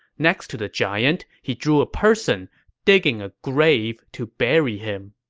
next to the giant, he drew a person digging a grave to bury him.